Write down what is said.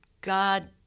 God